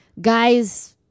guys